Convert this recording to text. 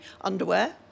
underwear